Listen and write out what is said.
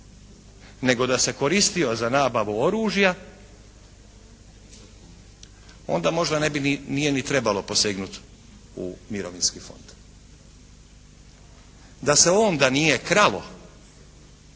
nego da se koristio za nabavu oružja onda možda nije ni trebalo posegnuti u mirovinski fond. Da se onda nije kralo